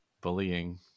bullying